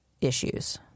issues